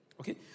Okay